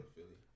Philly